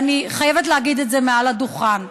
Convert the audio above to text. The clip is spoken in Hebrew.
אני חייבת להגיד את זה מעל הדוכן.